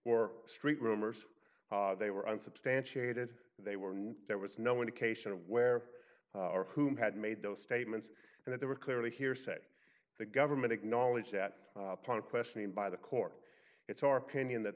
or street rumors they were unsubstantiated they were not there was no indication of where or whom had made those statements and that they were clearly hearsay the government acknowledged that upon a questioning by the court it's our opinion that